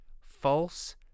false